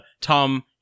Tom